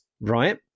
right